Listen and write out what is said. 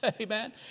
amen